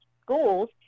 schools